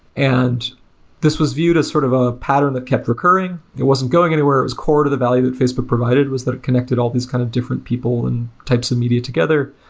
and this was viewed as sort of a pattern that kept recurring. it wasn't going anywhere. it was core to the value that facebook provided was that it connected al l these kind of different people and types of media together.